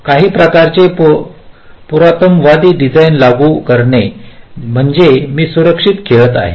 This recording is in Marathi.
काही प्रकारचे पुराणमतवादी डिझाइन लागू करणे म्हणजे मी सुरक्षित खेळत आहे